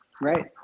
Right